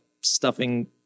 stuffing